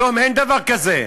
היום אין דבר כזה.